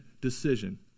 decision